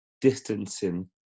distancing